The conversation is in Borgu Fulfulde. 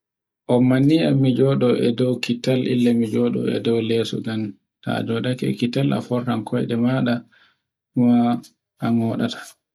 Omman ni e dow kittal illal mi joɗo leso ngam ta joɗaake e dow ekkitalla furnan koyde maɗa un waɗaata.